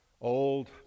Old